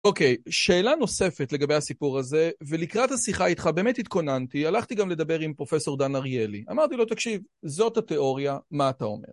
אוקיי, שאלה נוספת לגבי הסיפור הזה, ולקראת השיחה איתך באמת התכוננתי, הלכתי גם לדבר עם פרופסור דן אריאלי. אמרתי לו, תקשיב, זאת התיאוריה, מה אתה אומר?